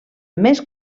més